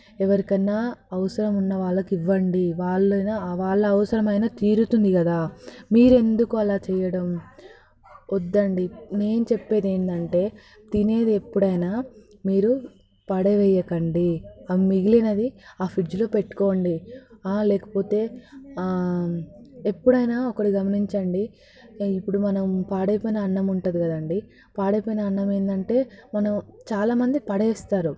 ఎవరికైనా అవసరం ఉన్నవాళ్ళకు ఇవ్వండి వాళ్ళయినా వాళ్ళ అవసరమైనా తీరుతుంది కదా మీరు ఎందుకు అలా చేయడం వద్దండి నేను చెప్పేది ఏంటంటే తినేది ఎప్పుడైనా మీరు పడవేయకండి ఆ మిగిలినది ఆ ఫ్రిడ్జ్లో పెట్టుకోండి లేకపోతే ఎప్పుడైనా ఒకటి గమనించండి ఇప్పుడు మనం పాడైపోయిన అన్నం ఉంటుంది కదండీ పాడైపోయిన అన్నం ఏంటంటే మనం చాలా మంది పడేస్తారు